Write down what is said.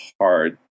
hard